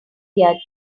their